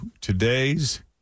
today's